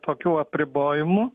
tokių apribojimų